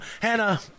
hannah